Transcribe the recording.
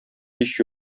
һич